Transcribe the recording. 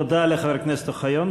תודה לחבר הכנסת אוחיון.